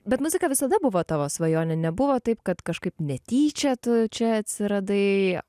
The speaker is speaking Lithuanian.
bet muzika visada buvo tavo svajonė nebuvo taip kad kažkaip netyčia tu čia atsiradai